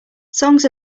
songs